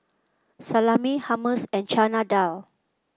Salami Hummus and Chana Dal